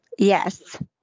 Yes